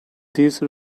these